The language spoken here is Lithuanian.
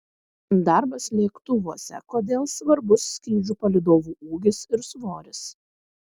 darbas lėktuvuose kodėl svarbus skrydžių palydovų ūgis ir svoris